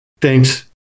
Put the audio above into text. thanks